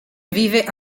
vive